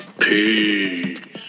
Peace